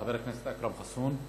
חבר הכנסת אכרם חסון.